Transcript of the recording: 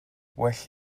well